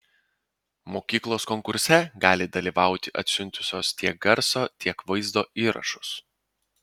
mokyklos konkurse gali dalyvauti atsiuntusios tiek garso tiek vaizdo įrašus